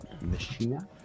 Machina